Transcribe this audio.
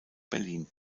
berlin